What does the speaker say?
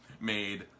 made